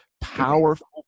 powerful